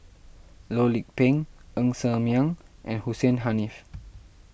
Loh Lik Peng Ng Ser Miang and Hussein Haniff